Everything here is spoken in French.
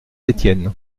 étienne